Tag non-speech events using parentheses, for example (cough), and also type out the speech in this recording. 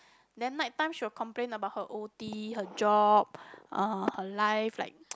then night time she will complain about her O_T her job err her life like (noise)